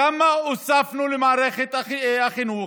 כמה הוספנו למערכת החינוך,